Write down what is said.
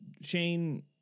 Shane